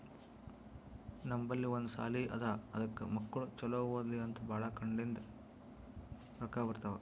ನಮ್ ಬಲ್ಲಿ ಒಂದ್ ಸಾಲಿ ಅದಾ ಅದಕ್ ಮಕ್ಕುಳ್ ಛಲೋ ಓದ್ಲಿ ಅಂತ್ ಭಾಳ ಕಡಿಂದ್ ರೊಕ್ಕಾ ಬರ್ತಾವ್